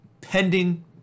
pending